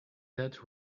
that